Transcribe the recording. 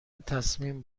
تصمیم